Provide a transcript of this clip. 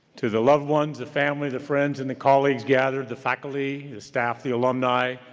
to the loved ones, the family, the friends, and the colleagues gathered, the faculty, the staff, the alumni,